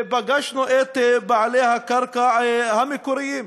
ופגשנו את בעלי הקרקע המקוריים,